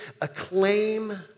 acclaim